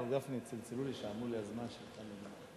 הרב גפני, צלצלו לי ואמרו שהזמן שלך עבר.